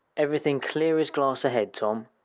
everything clear as glass ahead, tom,